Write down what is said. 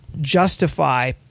justify